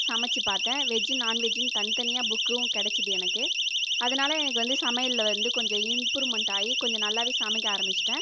சமைச்சு பாத்தேன் வெஜ் நான்வெஜ்ன்னு தனி தனியா புக்கும் கெடைச்சுது எனக்கு அதனால் எனக்கு வந்து சமையல்ல வந்து கொஞ்சம் இம்ப்ருவ்மென்ட்டாயி கொஞ்சம் நல்லா சமைக்க ஆரம்பிச்சுட்டேன்